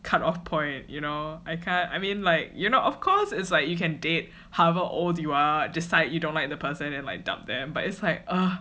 cut off point you know I ca~ I mean like you're not of course it's like you can date however old you are just like you don't like the person and like dumped them but it's like uh